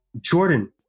Jordan –